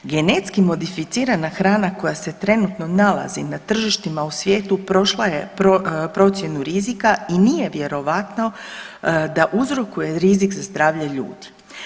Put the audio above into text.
Genetski modificirana hrana koja se trenutno nalazi na tržištima u svijetu prošla je procjenu rizika i nije vjerojatno da uzrokuje rizik za zdravlje ljudi.